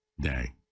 day